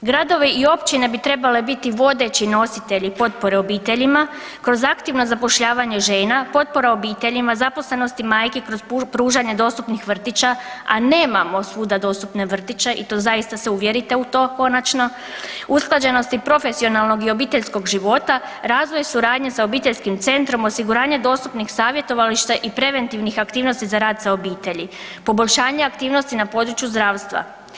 Gradovi i općine bi trebali biti vodeći nositelji potpore obiteljima kroz aktivna zapošljavanja žena, potpora obiteljima zaposlenosti majki kroz pružanje dostupnih vrtića, a nemamo svuda dostupne vrtiće i to zaista se uvjerite u to konačno, usklađenost i profesionalnog i obiteljskog života, razvoj suradnje sa obiteljskim centrom, osiguranje dostupnih savjetovališta i preventivnih aktivnosti za rad sa obitelji, poboljšanja aktivnosti na području zdravstva.